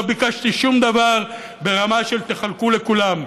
לא ביקשתי שום דבר ברמה של: תחלקו לכולם.